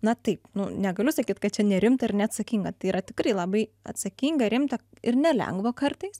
na taip nu negaliu sakyt kad čia nerimta ir neatsakinga tai yra tikrai labai atsakinga rimta ir nelengva kartais